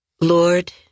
Lord